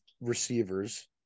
receivers